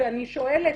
ואני שואלת,